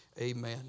Amen